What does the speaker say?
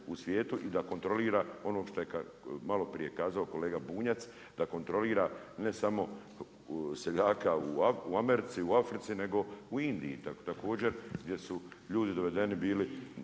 u svijetu i da kontrolira ono što je malo prije kazao kolega Bunjac, da kontrolira ne samo seljake u Americi, u Africi, nego u Indiji, također gdje su ljudi dovedeni bili